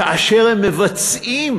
כאשר הם מבצעים